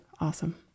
Awesome